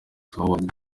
howard